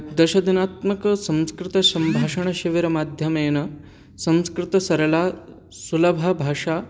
दशदिनात्मकसंस्कृत सम्भाषणशिबिरमाध्यमेन संस्कृतं सरला सुलभा भाषा